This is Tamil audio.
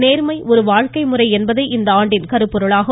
நேர்மை ஒரு வாழ்க்கைமுறை என்பதே இந்த ஆண்டின் கருப்பொருளாகும்